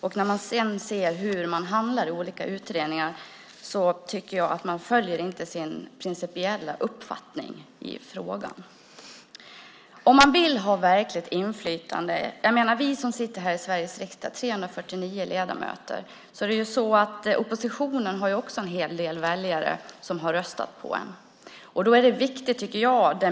Jag har sedan sett hur man handlar i olika utredningar, och jag tycker att man inte följer sin principiella uppfattning i frågan. Vi är 349 ledamöter som sitter i Sveriges riksdag, och en hel del väljare har röstat på oppositionen.